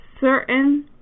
certain